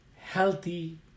healthy